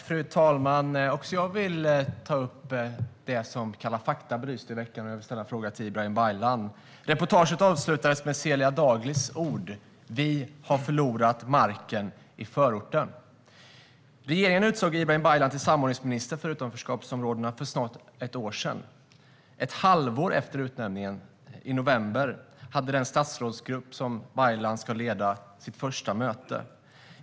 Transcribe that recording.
Fru talman! Också jag vill ta upp det som Kalla fakta belyste i veckan, och jag vill ställa en fråga till Ibrahim Baylan. Reportaget avslutades med Zeliha Daglis ord: Vi har förlorat marken i förorten. Regeringen utsåg Ibrahim Baylan till samordningsminister för utanförskapsområdena för snart ett år sedan. Ett halvår efter utnämningen, i november, hade den statsrådsgrupp som Baylan ska leda sitt första möte.